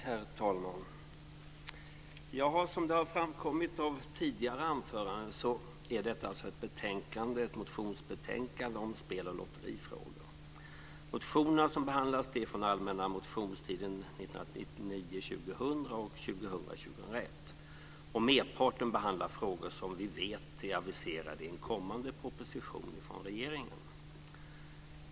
Herr talman! Som framkommit av tidigare anföranden är detta ett motionsbetänkande om spel och lotterifrågor. De motioner som behandlas är från den allmänna motionstiden 1999 2001. Merparten behandlar frågor som vi vet är aviserade i kommande propositioner från regeringen.